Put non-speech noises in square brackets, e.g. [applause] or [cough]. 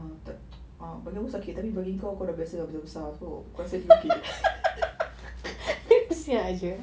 um tak [noise] um bagi aku sakit tapi bagi kau kau dah biasa besar-besar aku aku rasa dia okay [laughs]